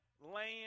land